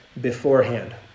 beforehand